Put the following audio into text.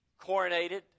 coronated